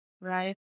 right